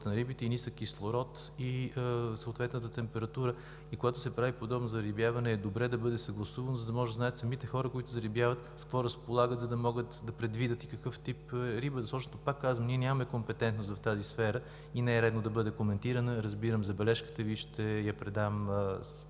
на рибите – и нисък кислород, и съответната температура. Когато се прави подобно зарибяване, е добре да бъде съгласувано, за да може да знаят хората, които зарибяват, с какво разполагат, за да могат да предвидят какъв тип риби да сложат. Пак казвам, ние нямаме компетентност в тази сфера и не е редно да бъде коментирана. Разбирам забележката Ви, ще я предам